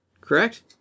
correct